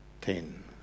ten